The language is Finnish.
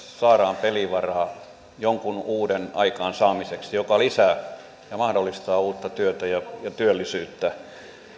saadaan pelivaraa jonkun uuden aikaansaamiseksi joka lisää ja mahdollistaa uutta työtä ja työllisyyttä